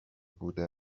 بوده